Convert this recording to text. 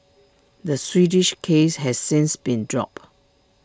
the Swedish case has since been dropped